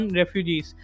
refugees